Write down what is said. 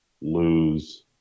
lose